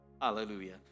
hallelujah